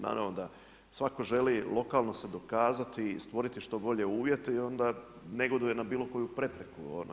Naravno da svatko želi lokalno se dokazati i stvoriti što bolje uvjete i onda negoduje na bilo koju prepreku.